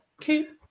keep